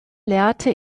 lehrte